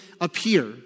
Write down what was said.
appear